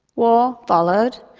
war followed,